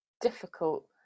difficult